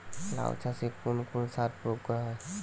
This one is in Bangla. লাউ চাষে কোন কোন সার প্রয়োগ করা হয়?